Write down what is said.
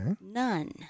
None